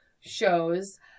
shows